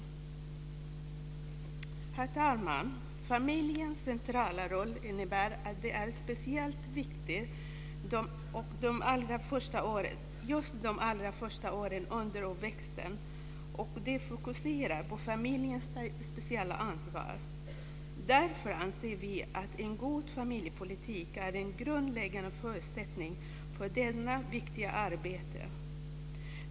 Herr talman! Familjens centrala roll innebär att den är speciellt viktig de allra första åren av uppväxten, och det fokuserar familjens speciella ansvar. Därför anser vi att en god familjepolitik är en grundläggande förutsättning för detta viktiga arbete.